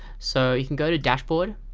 so you can go to dashboard